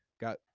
got